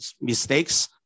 mistakes